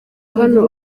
hano